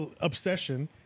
obsession